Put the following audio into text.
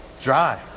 dry